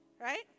right